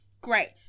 great